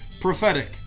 prophetic